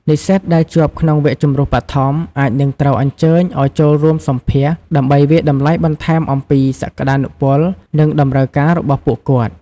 និស្សិតដែលជាប់ក្នុងវគ្គជម្រុះបឋមអាចនឹងត្រូវអញ្ជើញឱ្យចូលរួមសម្ភាសន៍ដើម្បីវាយតម្លៃបន្ថែមអំពីសក្តានុពល និងតម្រូវការរបស់ពួកគាត់។